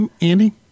Andy